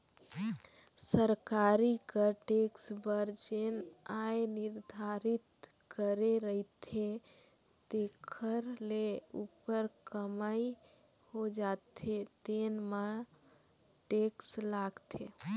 सरकार कर टेक्स बर जेन आय निरधारति करे रहिथे तेखर ले उप्पर कमई हो जाथे तेन म टेक्स लागथे